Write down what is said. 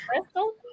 Crystal